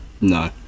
No